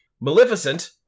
Maleficent